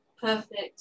Perfect